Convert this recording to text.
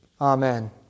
Amen